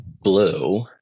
blue